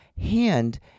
hand